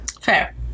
Fair